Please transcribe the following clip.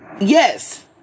Yes